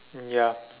ya